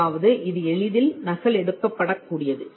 அதாவது இது எளிதில் நகலெடுக்கப் படக் கூடியது